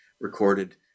recorded